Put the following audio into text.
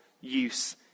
use